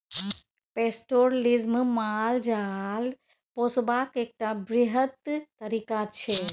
pastoralism माल जाल पोसबाक एकटा बृहत तरीका छै